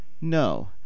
No